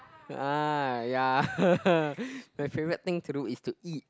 uh ya my favourite thing to do is to eat